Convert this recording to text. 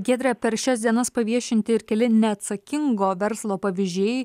giedre per šias dienas paviešinti ir keli neatsakingo verslo pavyzdžiai